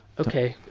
okay.